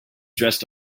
dressed